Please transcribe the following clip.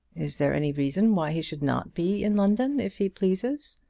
is there any reason why he should not be in london if he pleases?